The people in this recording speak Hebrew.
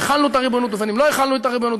בין שהחלנו את הריבונות ובין שלא החלנו את הריבונות.